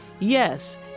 Yes